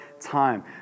time